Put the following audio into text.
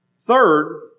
Third